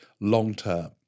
long-term